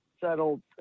settled